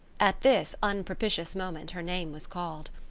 at this unpropitious moment her name was called.